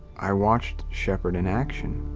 i watched shepherd in action.